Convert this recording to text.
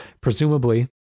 presumably